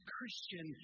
Christian